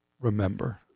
remember